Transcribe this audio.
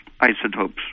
isotopes